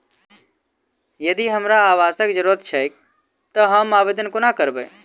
यदि हमरा आवासक जरुरत छैक तऽ हम आवेदन कोना करबै?